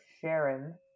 Sharon